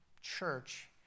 church